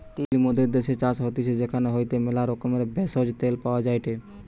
তিল মোদের দ্যাশের চাষ হতিছে সেখান হইতে ম্যালা রকমের ভেষজ, তেল পাওয়া যায়টে